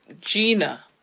Gina